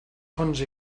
fonts